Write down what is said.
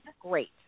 great